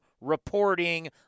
reporting